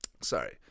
sorry